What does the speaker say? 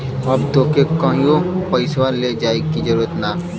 अब तोके कहींओ पइसवा ले जाए की जरूरत ना